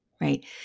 right